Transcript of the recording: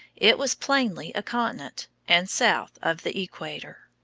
it was plainly a continent, and south of the equator.